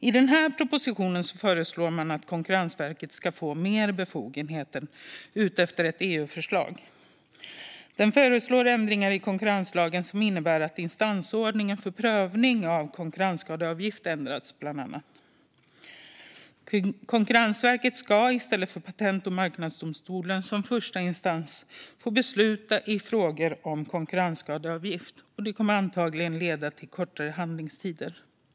I den här propositionen föreslår man att Konkurrensverket ska få fler befogenheter utifrån ett EU-förslag. Man föreslår ändringar i konkurrenslagen som bland annat innebär att instansordningen för prövning av konkurrensskadeavgift ändras. Konkurrensverket ska som första instans i stället för Patent och marknadsdomstolen få besluta i frågor om konkurrensskadeavgift. Det kommer antagligen att leda till kortare handläggningstider.